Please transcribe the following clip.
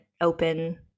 open